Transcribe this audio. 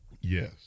Yes